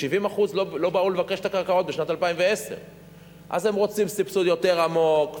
70% לא באו לבקש את הקרקעות בשנת 2010. אז הם רוצים סבסוד יותר עמוק,